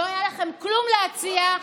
לא היה לכם כלום להציע,